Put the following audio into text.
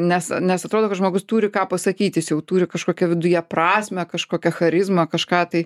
nes nes atrodo kad žmogus turi ką pasakyt jis jau turi kažkokią viduje prasmę kažkokią charizmą kažką tai